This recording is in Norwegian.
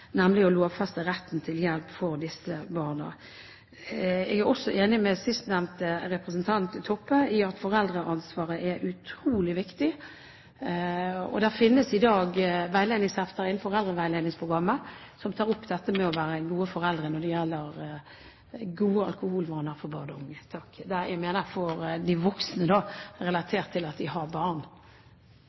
nemlig å lovfeste retten til hjelp for disse barna. Jeg er også enig med den siste representanten, Toppe, i at foreldreansvaret er utrolig viktig. Det finnes i dag veiledningshefter innen foreldreveiledningsprogrammet som tar opp dette med å være gode foreldre, når det gjelder gode alkoholvaner for